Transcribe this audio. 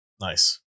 Nice